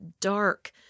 dark